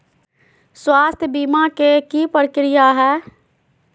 स्वास्थ बीमा के की प्रक्रिया है?